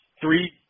three –